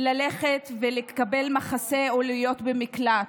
ללכת ולקבל מחסה או להיות במקלט.